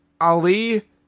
Ali